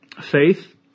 faith